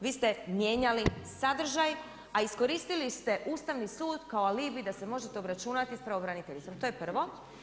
Vi ste mijenjali sadržaj, a iskoristili ste Ustavni sud, kao alibiji da se možete obračunati s pravobraniteljicom, to je prvo.